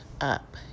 up